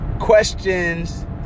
questions